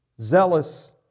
Zealous